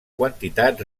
quantitat